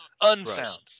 unsound